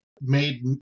made